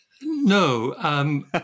No